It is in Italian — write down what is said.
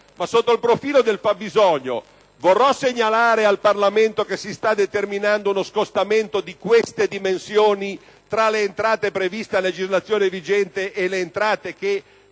sotto il profilo del fabbisogno si vorrà segnalare al Parlamento che si sta determinando uno scostamento di tali dimensioni, tra le entrate previste a legislazione vigente e quelle che,